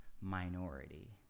minority